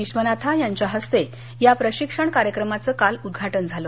विश्वनाथा यांच्या हस्ते या प्रशिक्षण कार्यक्रमाचं काल उद्घाटन झालं